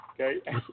Okay